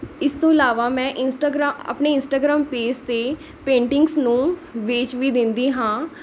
ਇਸ ਤੋਂ ਇਲਾਵਾ ਮੈਂ ਇੰਸਟਾਗ੍ਰਾਮ ਆਪਣੇ ਇੰਸਟਾਗ੍ਰਾਮ ਪੇਜ 'ਤੇ ਪੇਂਟਿੰਗਜ਼ ਨੂੰ ਵੇਚ ਵੀ ਦਿੰਦੀ ਹਾਂ